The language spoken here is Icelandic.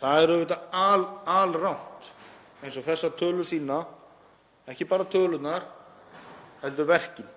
Það er auðvitað alrangt eins og þessar tölur sýna, ekki bara tölurnar heldur verkin.